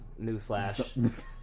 newsflash